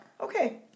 okay